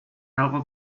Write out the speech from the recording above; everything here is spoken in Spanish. algo